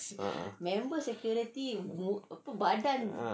ah